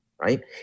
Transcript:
right